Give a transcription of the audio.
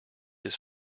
his